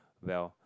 well